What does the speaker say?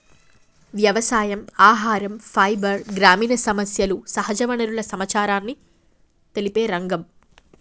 వ్యవసాయం, ఆహరం, ఫైబర్, గ్రామీణ సమస్యలు, సహజ వనరుల సమచారాన్ని తెలిపే రంగం